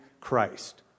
Christ